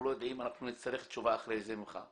אנחנו לא יודעים, אנחנו נצטרך תשובה אחרי זה ממך.